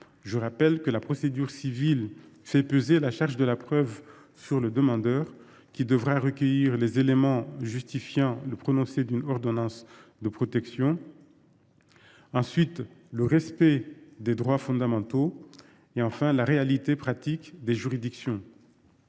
je rappelle que la procédure civile fait peser la charge de la preuve sur le demandeur, qui devra recueillir les éléments justifiant le prononcé d’une ordonnance de protection –, le respect des droits fondamentaux, la réalité pratique des juridictions.